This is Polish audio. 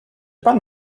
pan